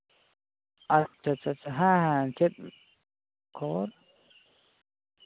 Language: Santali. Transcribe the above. ᱟᱪᱪᱷᱟ ᱟᱪᱪᱷᱟ ᱪᱮᱫ ᱠᱷᱚᱵᱚᱨ